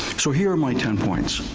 so here are my ten points.